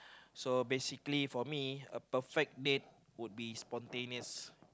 so basically for me a perfect date would be spontaneous